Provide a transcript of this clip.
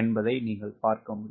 என்பதை நீங்கள் பார்க்க முடியும்